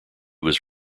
was